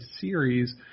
series